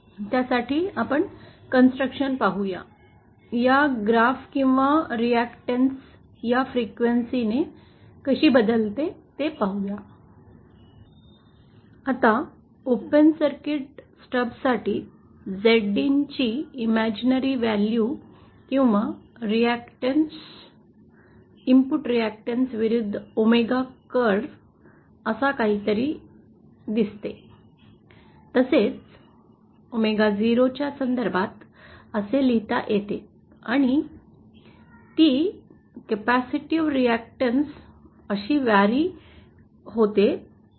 त्यासाठी आपण कंस्ट्रक्शन पाहू या ग्राफ किंवा रीकटेंस या फ्रेक्युएंसीने कशी बदलते ते पाहू या